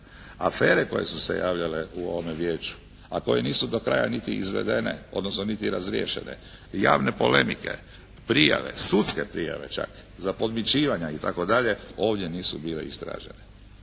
afere koje su se javljale u ovome Vijeću a koje nisu do kraja niti izvedene odnosno niti razriješene. Javne polemike, prijave, sudske prijave čak za podmićivanja i tako dalje ovdje nisu bile istražene.